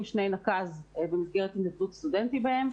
שתי נקודות זכות במסגרת התנדבות סטודנטים בהם,